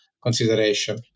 consideration